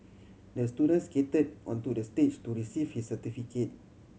the student skated onto the stage to receive his certificate